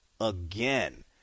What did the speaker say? again